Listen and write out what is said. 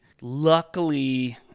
Luckily